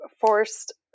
forced